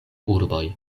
urboj